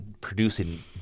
producing